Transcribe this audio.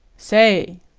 say.